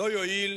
לא יועיל